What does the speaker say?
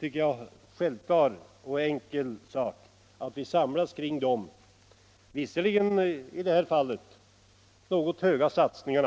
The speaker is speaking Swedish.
tycker jag, vara en självklar och enkel sak att vi samlas kring tanken att vårda skogen och göra dessa, i det här fallet visserligen stora satsningar.